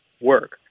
work